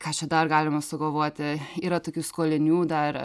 ką čia dar galima sugalvoti yra tokių skolinių dar